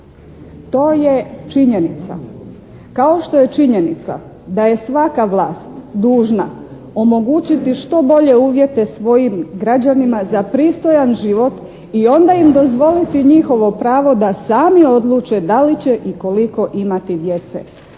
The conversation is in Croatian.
To je činjenica. Kao što je činjenica da je svaka vlast dužna omogućiti što bolje uvjete svojim građanima za pristojan život i onda im dozvoliti njihovo pravo da sami odluče da li će i koliko imati djece.